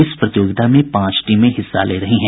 इस प्रतियोगिता में पांच टीमें हिस्सा ले रही हैं